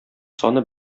саны